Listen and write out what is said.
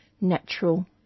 natural